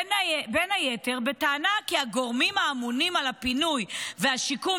בין היתר בטענה כי הגורמים האמונים על הפינוי והשיקום